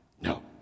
No